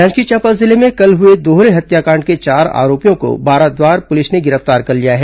जांजगीर चांपा जिले में कल हुए दोहरे हत्याकांड के चार आरोपियों को बाराद्वार पुलिस ने गिरफ्तार कर लिया है